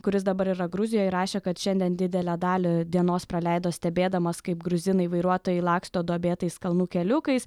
kuris dabar yra gruzijoj rašė kad šiandien didelę dalį dienos praleido stebėdamas kaip gruzinai vairuotojai laksto duobėtais kalnų keliukais